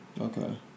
Okay